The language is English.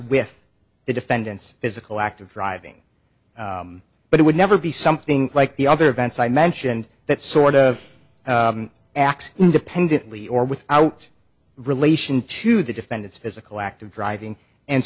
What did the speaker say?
with the defendant's physical act of driving but it would never be something like the other events i mentioned that sort of acts independently or without relation to the defendant's physical act of driving and